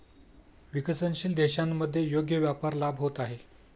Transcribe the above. विकसनशील देशांमध्ये योग्य व्यापार लाभ होत आहेत